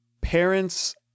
parents